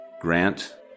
grant